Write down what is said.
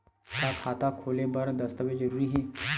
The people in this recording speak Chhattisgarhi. का खाता खोले बर दस्तावेज जरूरी हे?